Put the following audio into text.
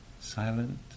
silent